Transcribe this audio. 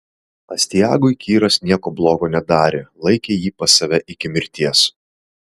astiagui kyras nieko blogo nedarė laikė jį pas save iki mirties